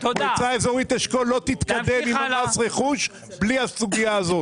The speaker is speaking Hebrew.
מועצה האזורית אשכול לא תתקדם עם מס הרכוש בלי הסוגיה הזאת.